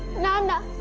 number